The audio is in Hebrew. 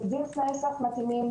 יגדיר תנאי סף מתאימים,